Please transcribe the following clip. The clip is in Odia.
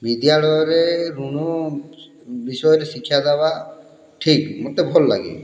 ବିଦ୍ୟାଳୟରେ ଋଣ ବିଷୟରେ ଶିକ୍ଷା ଦେବା ଠିକ୍ ମତେ ଭଲ୍ଲାଗେ